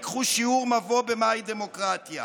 ייקחו שיעור מבוא מהי דמוקרטיה.